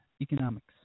economics